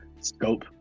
scope